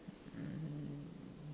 um